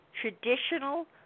traditional